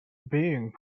being